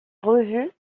revues